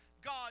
God